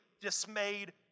dismayed